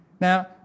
Now